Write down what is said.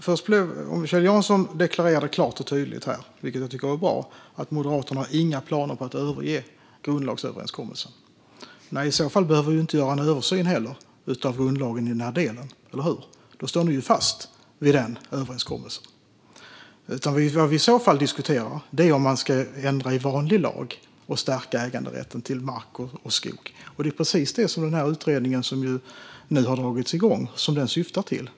Fru talman! Kjell Jansson deklarerade klart och tydligt att Moderaterna inte har några planer på att överge grundlagsöverenskommelsen. Det tyckte jag var bra - i så fall behöver vi inte heller göra en översyn av grundlagen i den delen, eller hur? I så fall står ni ju fast vid överenskommelsen, Kjell Jansson. Vad vi i så fall diskuterar är om man ska ändra i vanlig lag och stärka äganderätten till mark och skog, och det är precis det den utredning som har dragits igång syftar till.